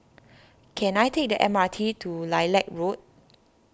can I take the M R T to Lilac Road